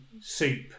soup